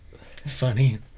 funny